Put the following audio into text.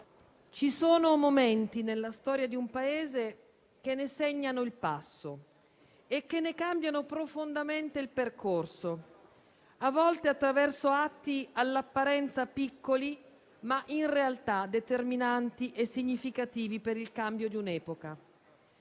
ci sono momenti nella storia di un Paese che ne segnano il passo e ne cambiano profondamente il percorso, a volte attraverso atti all'apparenza piccoli, ma in realtà determinanti e significativi per il cambio di un'epoca.